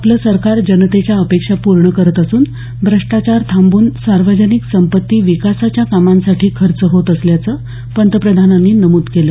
आपलं सरकार जनतेच्या अपेक्षा पूर्ण करत असून भ्रष्टाचार थांबून सार्वजनिक संपत्ती विकासाच्या कामांसाठी खर्च होत असल्याचं पंतप्रधानांनी नमूद केलं